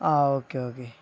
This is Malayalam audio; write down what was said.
ആ ഓക്കെ ഓക്കെ